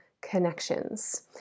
connections